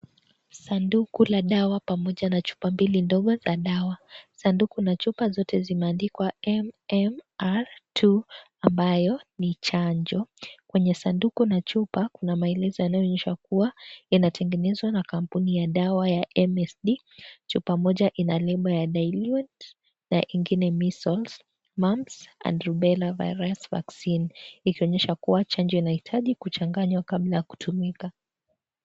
Sanduku la dawa pamoja na chupa mbili ndogo za dawa. Sanduku na chupa zote zimeandikwa MMR II, ambayo ni chanjo. Kwenye sanduku na chupa, kuna maelezo yanayoonyeshwa kuwa yanatengenezwa na kampuni ya dawa ya MSD. Chupa moja ina lebo ya dilute na ingine measles, mumps and rubella Virus Vaccine , ikionyesha kuwa chanjo inahitaji kuchanganywa kabla ya kutumika.